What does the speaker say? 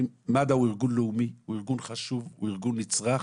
מד"א הוא ארגון לאומי, חשוב ונצרך.